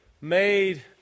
made